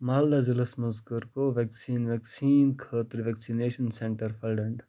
مالدہ ضِلعس مَنٛز کٔر کوٚو ویٚکسیٖن ویٚکسیٖن خٲطرٕ ویٚکسِنیشن سیٚنٹر